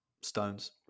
Stones